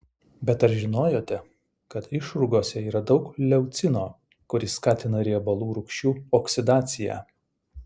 bet ar žinojote kad išrūgose yra daug leucino kuris skatina riebalų rūgščių oksidaciją